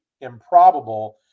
improbable